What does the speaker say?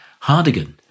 Hardigan